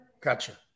Gotcha